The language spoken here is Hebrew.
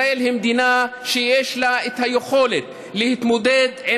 ישראל היא מדינה שיש לה היכולת להתמודד עם